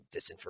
disinformation